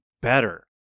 better